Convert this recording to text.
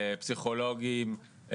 פסיכולוגים,